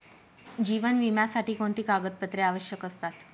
जीवन विम्यासाठी कोणती कागदपत्रे आवश्यक असतात?